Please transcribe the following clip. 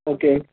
okay